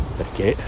perché